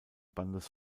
bandes